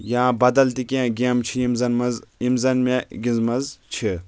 یا بدل تہِ کیٚنٛہہ گیٚمہٕ چھِ یم زَن منٛز یم زن مےٚ گِنٛدمژٕ چھِ